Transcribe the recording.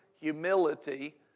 humility